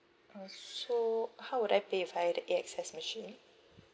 oh so how would I pay if I at the A_X_S machine